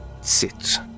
sit